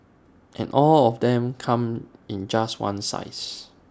and all of them come in just one size